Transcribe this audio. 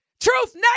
Truth